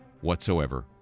whatsoever